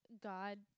God